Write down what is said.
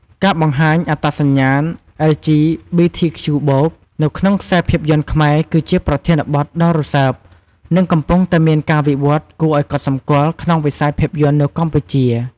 ការបង្ហាញ អត្តសញ្ញាណ អិល ជី ប៊ី ធី ខ្ជូ បូក (LGBTQ+) នៅក្នុងខ្សែភាពយន្តខ្មែរគឺជាប្រធានបទដ៏រសើប និងកំពុងតែមានការវិវត្តន៍គួរឲ្យកត់សម្គាល់ក្នុងវិស័យភាពយន្ដនៅកម្ពុជា។